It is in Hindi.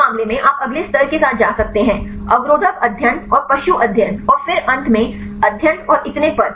इस मामले में आप अगले स्तर के साथ जा सकते हैं अवरोधक अध्ययन और पशु अध्ययन और फिर अंत में अध्ययन और इतने पर